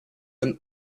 and